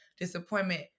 disappointment